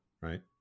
Right